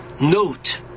Note